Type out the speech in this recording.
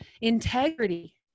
integrity